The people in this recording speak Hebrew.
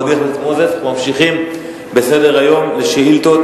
אנחנו מודים לחבר הכנסת מוזס וממשיכים בסדר-היום לשאילתות.